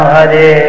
Hare